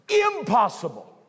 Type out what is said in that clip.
impossible